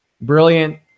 Brilliant